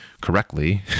correctly